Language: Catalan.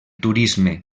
turisme